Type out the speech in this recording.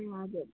ए हजुर